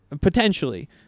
Potentially